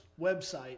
website